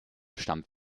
stammt